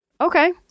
okay